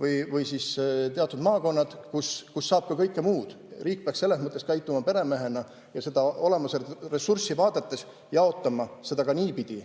või siis teatud maakonnad, kus saab ka kõike muud. Riik peaks selles mõttes käituma peremehena ja seda olemasolevat ressurssi vaadates jaotama seda ka niipidi,